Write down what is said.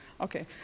Okay